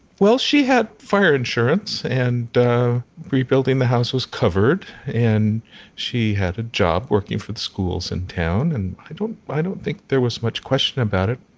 well, she had fire insurance and rebuilding the house was covered and she had a job working for the schools in town. and i don't i don't think there was much question about it